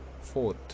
Fourth